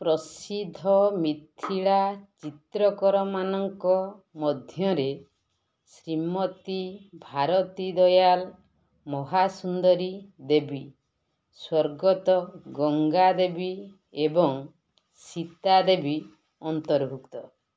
ପ୍ରସିଦ୍ଧ ମିଥିଲା ଚିତ୍ରକରମାନଙ୍କ ମଧ୍ୟରେ ଶ୍ରୀମତୀ ଭାରତୀ ଦୟାଲ ମହାସୁନ୍ଦରୀ ଦେବୀ ସ୍ୱର୍ଗତ ଗଙ୍ଗା ଦେବୀ ଏବଂ ସୀତା ଦେବୀ ଅନ୍ତର୍ଭୁକ୍ତ